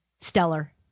stellar